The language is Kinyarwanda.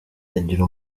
bagira